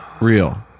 Real